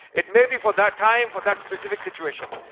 it maybe for that time for that specific situation.